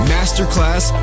Masterclass